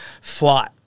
flight